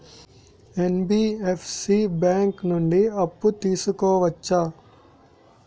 NBFC bank నుండి అప్పు తీసుకోవచ్చా?